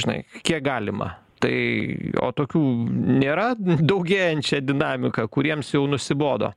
žinai kiek galima tai o tokių nėra daugėjančia dinamika kuriems jau nusibodo